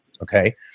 Okay